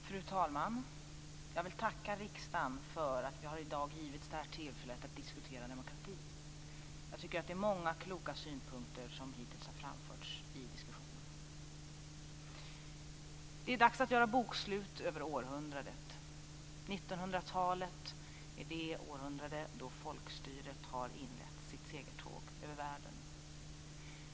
Fru talman! Jag vill tacka riksdagen för att vi i dag har givits tillfälle att diskutera demokratin. Jag tycker att det är många kloka synpunkter som hittills har framförts i diskussionen. De är dags att göra bokslut över århundradet. 1900-talet är det århundrade då folkstyret inledde sitt segertåg över världen.